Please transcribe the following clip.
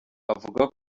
avuga